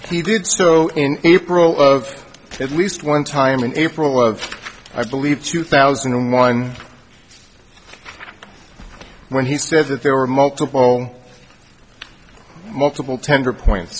he did so in april of at least one time in april of i believe two thousand and one when he said that there were multiple multiple tender point